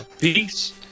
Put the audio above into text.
Peace